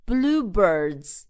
Bluebirds